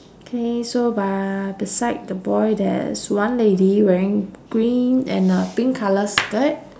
K so by the side the boy there's one lady wearing green and a pink colour skirt